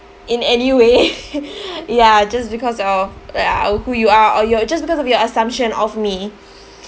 in any way ya just because of ya who you are or you are just because of your assumption of me